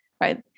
right